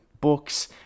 books